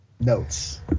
notes